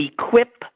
equip